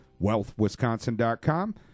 WealthWisconsin.com